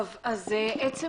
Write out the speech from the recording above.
עצם